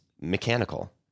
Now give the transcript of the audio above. mechanical